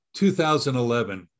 2011